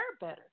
better